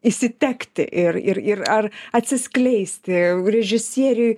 išsitekti ir ir ir ar atsiskleisti režisieriui